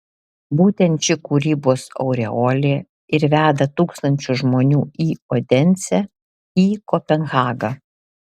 būtent ši kūrybos aureolė ir veda tūkstančius žmonių į odensę į kopenhagą